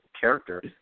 character